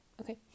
okay